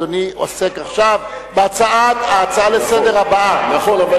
אדוני עוסק עכשיו בהצעה הבאה לסדר-היום.